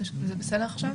זה בסדר עכשיו?